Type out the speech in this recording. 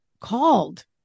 called